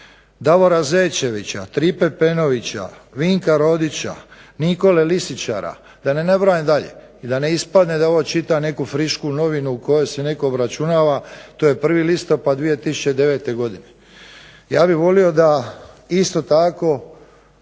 Davora Zečevića, Tripe Penovića, Vinka Rodića, Nikole Lisičara, da ne nabrajam dalje. I da ne ispadne da ovo čitam neku frišku novinu u kojoj se obračunava, to je 1. listopad 2009. godine. Ja bih volio da isto tako